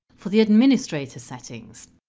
for the administrator settings.